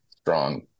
strong